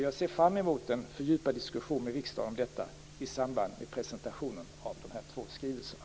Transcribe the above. Jag ser fram emot en fördjupad diskussion med riksdagen om detta i samband med presentationen av de två skrivelserna.